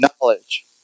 knowledge